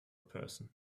person